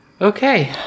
Okay